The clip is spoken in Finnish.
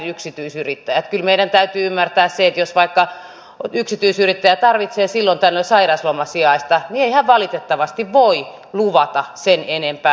kyllä meidän täytyy ymmärtää se että jos vaikka yksityisyrittäjä tarvitsee silloin tällöin sairauslomasijaista niin ei hän valitettavasti voi luvata sen enempää